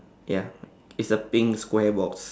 ya is a pink square box